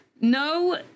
no